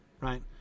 right